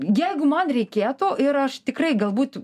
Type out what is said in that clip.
jeigu man reikėtų ir aš tikrai galbūt